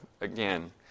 again